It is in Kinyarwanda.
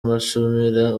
amushimira